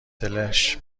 دلش